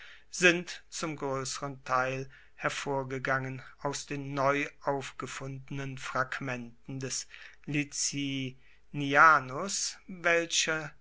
sind zum groesseren teil hervorgegangen aus den neu aufgefundenen fragmenten des licinianus welche